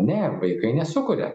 ne vaikai nesukuria